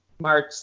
March